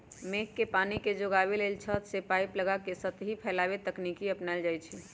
मेघ के पानी के जोगाबे लेल छत से पाइप लगा के सतही फैलाव तकनीकी अपनायल जाई छै